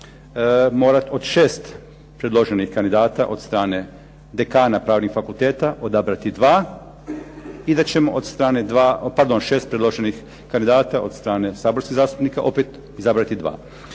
morati od šest predloženih kandidata od strane dekana pravnih fakulteta odabrati dva, i da ćemo od strane šest predloženih kandidata od strane saborskih zastupnika opet izabrati dva.